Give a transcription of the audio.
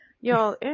Y'all